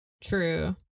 True